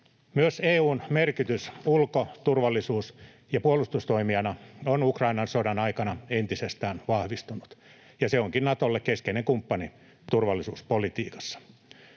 Myös EU:n merkitys ulko-, turvallisuus- ja puolustustoimijana on Ukrainan sodan aikana entisestään vahvistunut, ja se onkin Natolle keskeinen kumppani turvallisuuspolitiikassa.